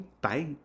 Bye